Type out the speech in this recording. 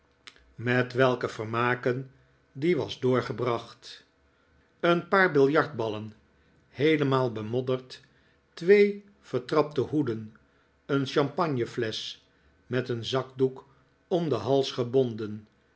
met welke vermaken die was doorgebracht een paar biljartballen heelemaal bemodde'rd twee vertrapte hoeden een champagneflesch met een zakdoek om den hals gebonden